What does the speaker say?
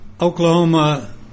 Oklahoma